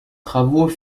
travaux